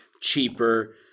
cheaper